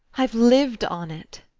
i've lived on it!